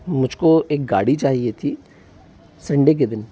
मुझको एक गाड़ी चाहिए थी संडे के दिन